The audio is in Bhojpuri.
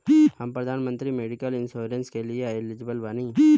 हम प्रधानमंत्री मेडिकल इंश्योरेंस के लिए एलिजिबल बानी?